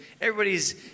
everybody's